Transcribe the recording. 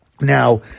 Now